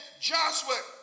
Joshua